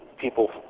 people